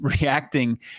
reacting